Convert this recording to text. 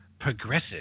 progressive